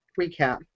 recap